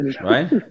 Right